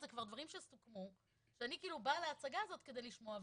זה כבר דברים שסוכמו ואני באה להצגה הזאת כדי לשמוע,